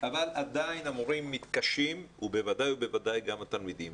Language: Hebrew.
אבל עדיין המורים מתקשים, ובוודאי גם התלמידים.